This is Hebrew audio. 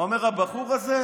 הוא אומר: הבחור הזה,